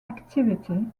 activity